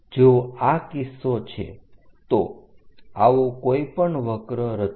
જો આ કિસ્સો છે તો આવો કોઈ પણ વક્ર રચો